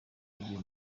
igira